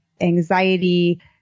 anxiety